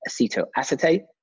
acetoacetate